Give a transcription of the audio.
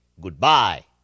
goodbye